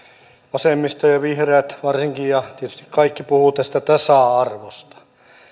vasemmisto ja vihreät varsinkin ja tietysti kaikki puhuvat tästä tasa arvosta